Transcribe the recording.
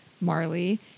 Marley